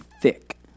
thick